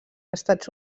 estats